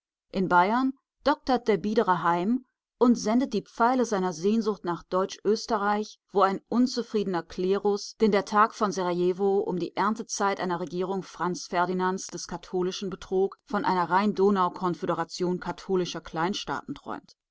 in bayern doktert der biedere heim und sendet die pfeile seiner sehnsucht nach deutsch-österreich wo ein unzufriedener klerus den der tag von serajewo um die erntezeit einer regierung franz ferdinands des katholischen betrog von einer rhein-donau-konföderation katholischer kleinstaaten